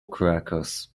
crackers